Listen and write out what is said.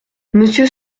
monsieur